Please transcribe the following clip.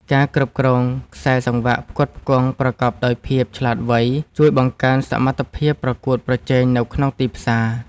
ការគ្រប់គ្រងខ្សែសង្វាក់ផ្គត់ផ្គង់ប្រកបដោយភាពឆ្លាតវៃជួយបង្កើនសមត្ថភាពប្រកួតប្រជែងនៅក្នុងទីផ្សារ។